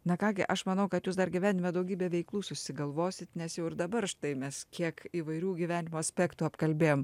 na ką gi aš manau kad jūs dar gyvenime daugybė veiklų susigalvosit nes jau ir dabar štai mes kiek įvairių gyvenimo aspektų apkalbėjom